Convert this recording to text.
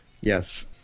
yes